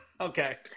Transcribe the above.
Okay